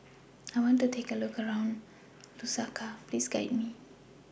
I want to Have A Look around Lusaka Please Guide Me